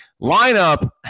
Lineup